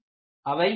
அவை என்ன